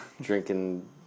drinking